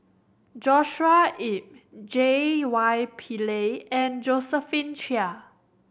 Joshua Ip J Y Pillay and Josephine Chia